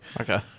Okay